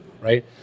right